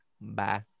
Bye